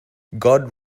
god